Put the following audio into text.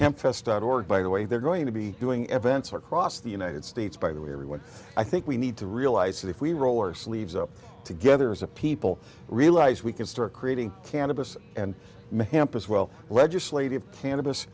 camp fest out or by the way they're going to be doing evidence or cross the united states by the way everyone i think we need to realize that if we roll our sleeves up together as a people realize we can start creating cannabis and may help as well legislative can